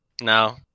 No